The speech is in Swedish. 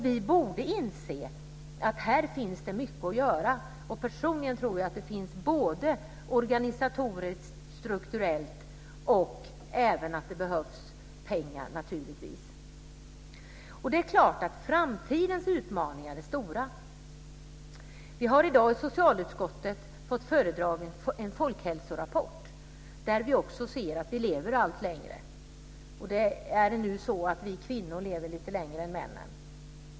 Vi borde inse att det finns mycket att göra. Personligen tror jag att vi måste göra något både organisatoriskt och strukturellt, men att det även behövs pengar naturligtvis. Det är klart att framtidens utmaningar är stora. Vi har i dag i socialutskottet fått en folkhälsorapport, där det framgår att vi lever allt längre. Vi kvinnor lever lite längre än männen.